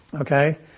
Okay